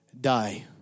die